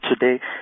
today